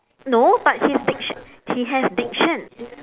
no but his diction he has diction